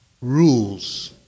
rules